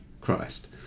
Christ